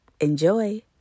Enjoy